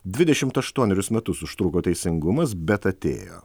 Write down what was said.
dvidešimt aštuonerius metus užtruko teisingumas bet atėjo